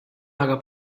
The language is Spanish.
haga